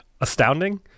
astounding